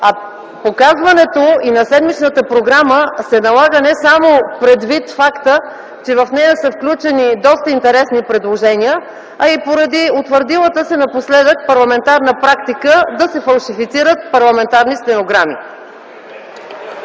Показването и на седмичната програма се налага не само предвид факта, че в нея са включени доста интересни предложения, а и поради утвърдилата се напоследък парламентарна практика да се фалшифицират парламентарни стенограми.